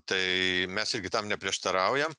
tai mes irgi tam neprieštaraujam